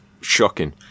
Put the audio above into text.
shocking